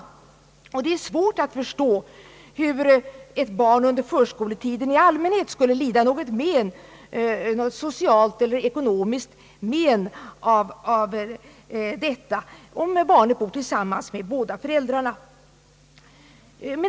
Det är svårt att förstå hur ett barn i förskoleåldern i allmänhet skulle behöva lida några sociala eller psykologiska men av detta, om barnet bor tillsammans med båda föräldrarna.